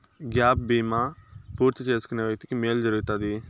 gap బీమా పూర్తి చేసుకున్న వ్యక్తికి మేలు జరుగుతాది